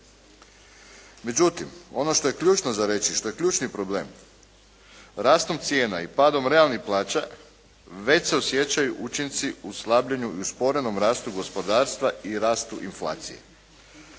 Međutim ono što je ključno za reći, što je ključni problem rastom cijena i padom realnih plaća već se osjećaju učinci u slabljenju i usporenom rastu gospodarstva i rastu inflacije.